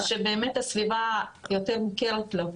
לסביבה יותר מוכרת לו.